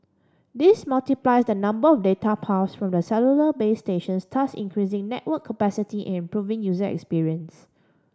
this multiplies the number of data paths from the cellular base stations thus increasing network capacity and improving user experience